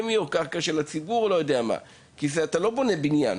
קרקע, כי אתה לא בונה בניין,